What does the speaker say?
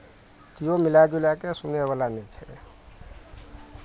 किओ मिला जुला कऽ सुनयवला नहि छै